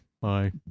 bye